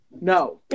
No